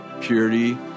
purity